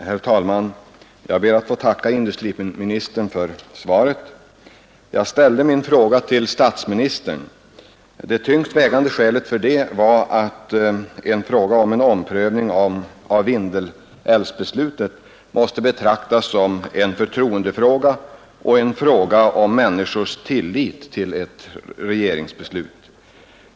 Herr talman! Jag ber att få tacka industriministern för svaret. Jag ställde min fråga till statsministern. Det tyngst vägande skälet för det var att en omprövning av Vindelälvsbeslutet måste betraktas som en förtroendefråga och en fråga om människors tillit till ett regeringsbeslut.